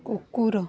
କୁକୁର